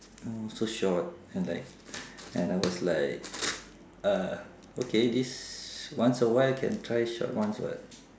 oh so short then like and I was like uh okay this once a while can try short ones [what]